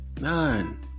None